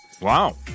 Wow